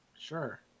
Sure